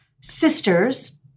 Sisters